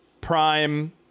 Prime